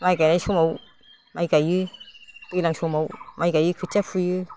माइ गायनाय समाव माइ गायो दैज्लां समाव माइ गायो खोथिया फुयो